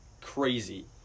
crazy